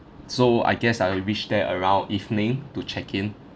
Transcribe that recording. so I guess I'll reach there around evening to check in